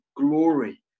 glory